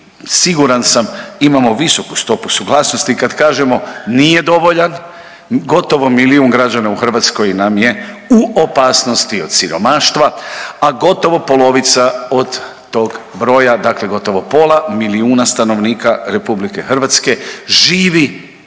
siguran sam imamo visoku stopu suglasnosti kad kažemo nije dovoljan, gotovo milijun građana u Hrvatskoj nam je u opasnosti od siromaštva, a gotovo polovica od tog broja dakle gotovo pola milijuna stanovnika RH živi